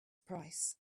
price